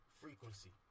frequency